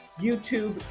YouTube